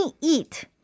eat